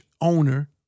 owner